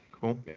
Cool